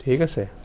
ঠিক আছে